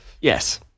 Yes